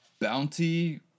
bounty